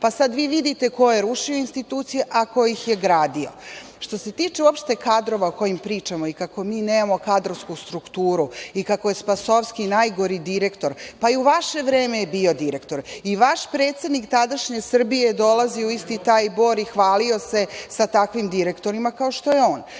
vi sada vidite ko je rušio institucije, a ko ih je gradio. Što se tiče uopšte kadrova o kojima pričamo i kako mi nemamo kadrovsku strukturu i kako je Spasovski najgori direktor, pa i u vaše vreme je bio direktor i vaš tadašnji predsednik Srbije je dolazio u isti taj Bor i hvalio se sa takvim direktorima kao što je